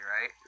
right